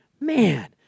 man